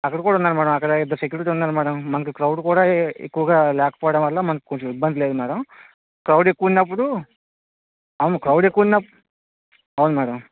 అక్కడ కూడా ఉన్నారు మేడమ్ అక్కడ కూడా ఇద్దరు సెక్యూరిటీ ఉన్నారు మేడమ్ మనకి క్రౌడ్ కూడా ఎ ఎక్కువగా లేకపోవడం వల్ల మనకి కొంచెం ఇబ్బంది లేదు మేడమ్ క్రౌడ్ ఎక్కువ ఉన్నప్పుడూ అవును మేము క్రౌడ్ ఎక్కువ ఉన్నప్పుడు అవును మేడమ్